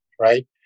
right